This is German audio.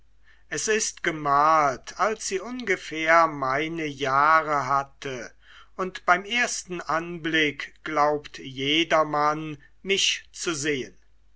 es ist gemalt als sie ungefähr meine jahre hatte und beim ersten anblick glaubt jedermann mich zu sehen